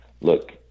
Look